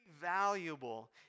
valuable